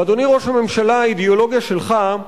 ואדוני, ראש הממשלה, האידיאולוגיה שלך,